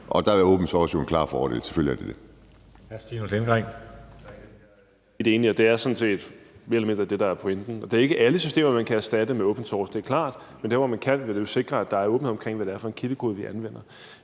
source jo en klar fordel; selvfølgelig er det det.